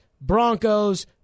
Broncos